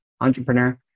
entrepreneur